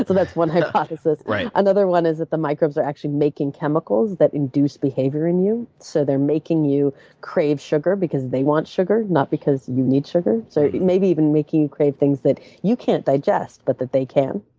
that's one hypothesis. right. another one is that the microbes are actually making chemicals that induce behavior in you. so they're making you crave sugar because they want sugar, not because you need sugar. so maybe even making you crave things that you can't digest but that they can.